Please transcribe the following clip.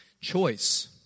Choice